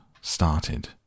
started